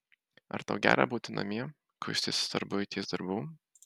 ar tau gera būti namie kuistis tarp buities darbų